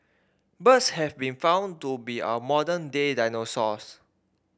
birds have been found to be our modern day dinosaurs